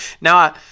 now